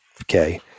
Okay